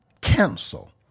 cancel